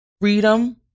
Freedom